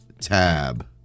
tab